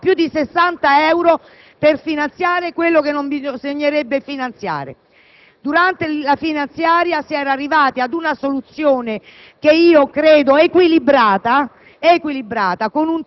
paga ogni anno più di 60 euro per finanziare quello che non bisognerebbe finanziare. Durante l'esame della finanziaria, si era arrivati ad una soluzione a mio avviso equilibrata,